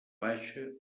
baixa